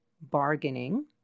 bargaining